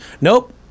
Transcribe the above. nope